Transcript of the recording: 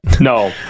No